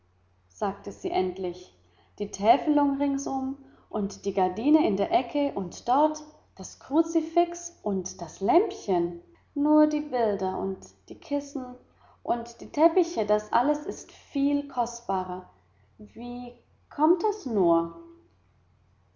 sagte sie endlich die täfelung ringsum und die gardine in der ecke und dort das kruzifix und das lämpchen nur die bilder und die kissen und die teppiche das ist alles viel kostbarer wie kommt das nur